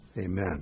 Amen